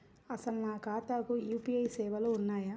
అసలు నా ఖాతాకు యూ.పీ.ఐ సేవలు ఉన్నాయా?